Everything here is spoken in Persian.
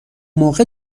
موقع